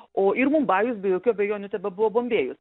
o ir mumbajus be jokių abejonių tebebuvo bombėjus